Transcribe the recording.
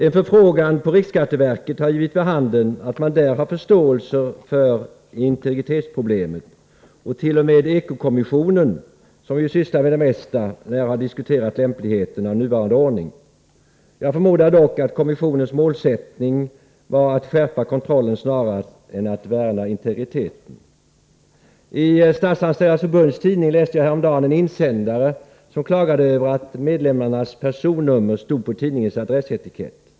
En förfrågan på riksskatteverket har givit vid handen att man där har förståelse för integritetsproblemet, och t.o.m. Eko-kommissionen, som ju sysslar med det mesta, lär ha diskuterat lämpligheten av nuvarande ordning. Jag förmodar dock att kommissionens målsättning var att skärpa kontrollen snarare än att värna integriteten. I Statsanställdas förbunds tidning läste jag häromdagen en insändare som klagade över att medlemmarnas personnummer stod på tidningens adressetikett.